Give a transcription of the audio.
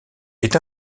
est